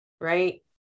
right